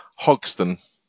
hogston